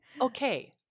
Okay